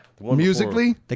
Musically